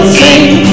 sing